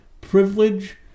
privilege